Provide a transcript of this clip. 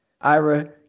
Ira